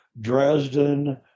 Dresden